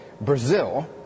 Brazil